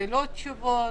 שאלות ותשובות,